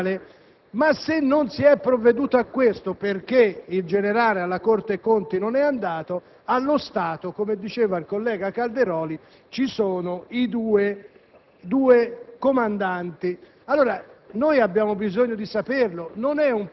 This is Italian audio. e di nominare al suo posto altro generale, ma non si è provveduto a questo perché il generale alla Corte dei conti non è andato, allo stato, come rimarcava il collega Calderoli, ci sono due